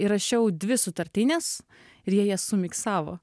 įrašiau dvi sutartines ir jie jas sumiksavo